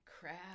Crap